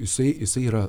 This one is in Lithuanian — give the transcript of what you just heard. jisai jisai yra